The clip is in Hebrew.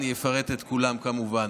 אני אפרט את כולן, כמובן.